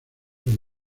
los